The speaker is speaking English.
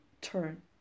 Turn